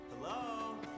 Hello